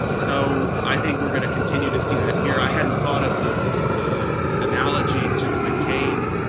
so i think we're going to continue to see that here. i hadn't thought of the the analogy to the mccain,